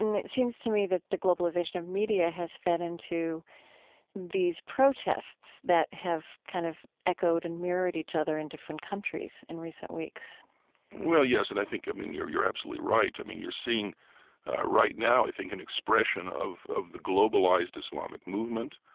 it seems to me that the globalization of media has fed into these protests that have kind of echoed and mirrored each other in different countries in recent weeks well, yes, and i think, i mean, you're you're absolutely right. i mean, you're seeing right now, i think, an expression of of the globalized islamic movement,